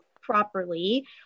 properly